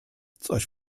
coś